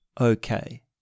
okay